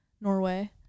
norway